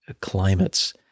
climates